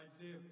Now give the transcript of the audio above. Isaiah